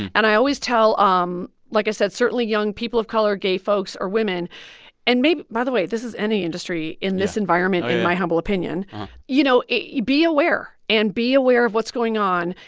and i always tell um like i said certainly young people of color, gay folks or women and maybe by the way, this is any industry in this environment, in my humble opinion you know, be aware. and be aware of what's going on.